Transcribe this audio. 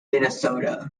minnesota